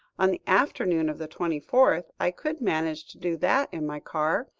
on the afternoon of the twenty-fourth, i could manage to do that in my car.